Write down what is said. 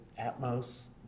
Atmos